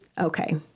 Okay